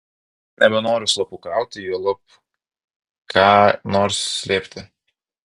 nebenoriu slapukauti juolab ką nors slėpti